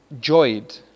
joyed